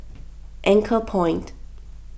anchorpoint